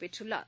பெற்றுள்ளார்